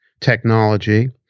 technology